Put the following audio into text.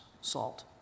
salt